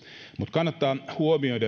kannattaa huomioida